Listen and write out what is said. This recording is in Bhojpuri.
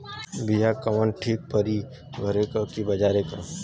बिया कवन ठीक परी घरे क की बजारे क?